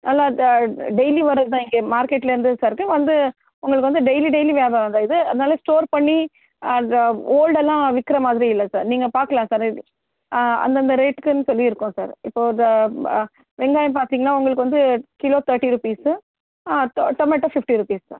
நல்லா டெய்லியும் வர்றதுதான் இங்கே மார்க்கெட்லருந்து சரக்கு வந்து உங்களுக்கு வந்து டெய்லி டெய்லி வியாபாராம்தான் இது அதனால் ஸ்டோர் பண்ணி அந்த ஓல்டெல்லாம் விற்கிரமாதிரி இல்லை சார் நீங்கள் பார்க்கலாம் சார் இது அந்தந்த ரேட்டுக்குன்னு சொல்லி இருக்கும் சார் இப்போ அது மா வெங்காயம் பார்த்திங்கன்னா உங்களுக்கு வந்து கிலோ தேர்ட்டி ருபீஸ்ஸு சார் ஆ டொ டொமேட்டோ ஃபிஃப்டி ருபீஸ் சார்